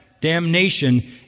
damnation